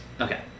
Okay